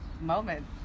moment